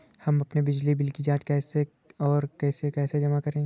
हम अपने बिजली बिल की जाँच कैसे और इसे कैसे जमा करें?